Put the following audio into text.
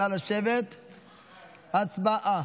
נא לשבת, הצבעה.